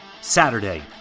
Saturday